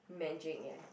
magic ya